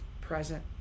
present